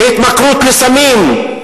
בהתמכרות לסמים,